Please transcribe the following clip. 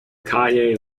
kaye